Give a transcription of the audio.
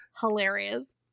hilarious